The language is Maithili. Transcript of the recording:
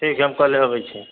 ठीक है हम कल्हे अबै छी